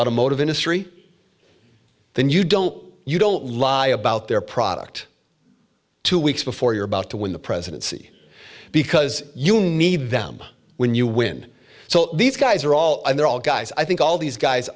automotive industry then you don't you don't lie about their product two weeks before you're about to win the presidency because you need them when you win so these guys are all they're all guys i think all these guys